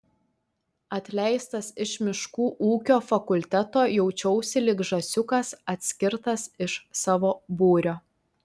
atleistas iš miškų ūkio fakulteto jaučiausi lyg žąsiukas atskirtas iš savo būrio